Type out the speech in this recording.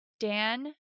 Dan